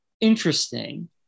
interesting